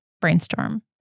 brainstorm